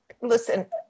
Listen